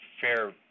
fair